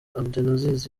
abdelaziz